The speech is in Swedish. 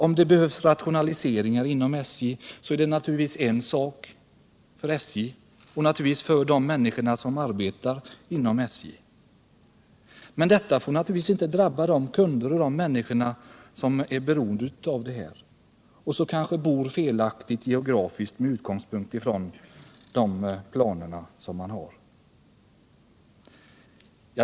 Om det behövs rationaliseringar inom SJ är det en sak för SJ och de människor som arbetar inom SJ. Men det får inte drabba de människor som är beroende av SJ:s verksamhet och som kanske bor felaktigt geografiskt med hänsyn till de planer som SJ har.